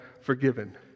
forgiven